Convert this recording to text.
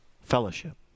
Fellowship